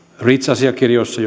asiakirjoissa